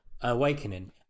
awakening